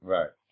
Right